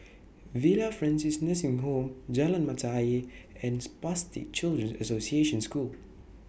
Villa Francis Nursing Home Jalan Mata Ayer and Spastic Children's Association School